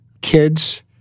kids